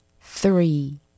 Three